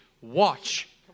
watch